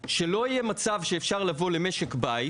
כדי שלא יהיה מצב שאפשר יהיה לבוא למשק בית